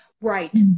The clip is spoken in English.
Right